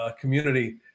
community